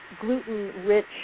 gluten-rich